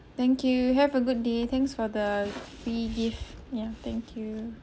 thank you have a good day thanks for the free gift ya thank you